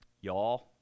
Y'all